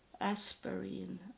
aspirin